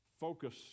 Focus